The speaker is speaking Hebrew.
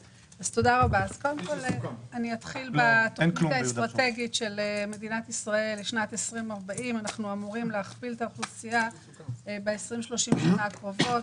אני אתחיל בתוכנית האסטרטגית של מדינת ישראל לשנת 2040. אנחנו אמורים להכפיל את האוכלוסייה ב-30 השנים הקרובות.